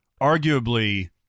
arguably